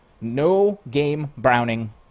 no-game-browning